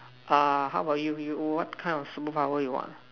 uh how about you you you what kind of superpower you want